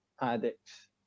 addicts